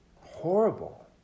Horrible